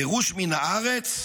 גירוש מן הארץ,